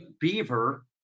beaver